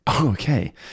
Okay